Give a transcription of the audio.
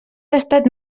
tastat